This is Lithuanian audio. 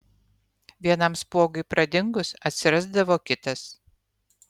vienam spuogui pradingus atsirasdavo kitas